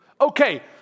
Okay